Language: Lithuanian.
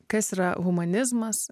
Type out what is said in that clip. kas yra humanizmas